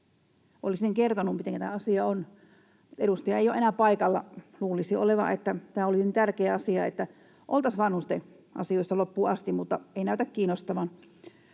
Olisin nyt kertonut, mitenkä tämä asia on, mutta edustaja ei ole enää paikalla, vaikka luulisi, että tämä on niin tärkeä asia, että oltaisiin vanhusten asioissa loppuun asti, mutta ei näytä kiinnostavan.